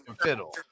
fiddle